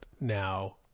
now